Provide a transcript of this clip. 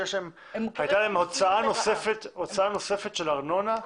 שיש להם עדיין הוצאה נוספת של ארנונה.